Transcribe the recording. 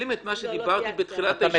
תשלים את מה שאמרתי בתחילת הישיבה אחר כך.